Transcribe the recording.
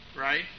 right